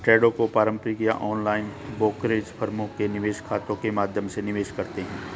ट्रेडों को पारंपरिक या ऑनलाइन ब्रोकरेज फर्मों के निवेश खातों के माध्यम से निवेश करते है